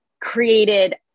created